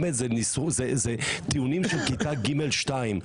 באמת, אלה טיעונים לכיתה ג/2.